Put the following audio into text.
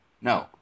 no